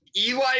Eli